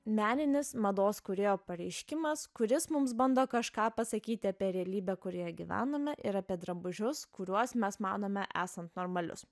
meninis mados kūrėjo pareiškimas kuris mums bando kažką pasakyti apie realybę kurioje gyvename ir apie drabužius kuriuos mes manome esant normalius